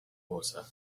water